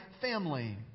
family